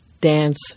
dance